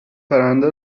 پرنده